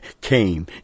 came